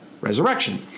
resurrection